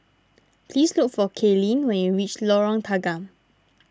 please look for Kaylene when you reach Lorong Tanggam